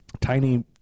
tiny